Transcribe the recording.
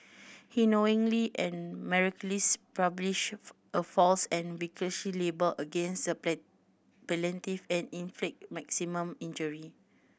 he knowingly and maliciously published a false and vicious libel against the supply plaintiff and inflict maximum injury